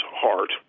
heart